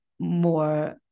more